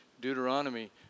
Deuteronomy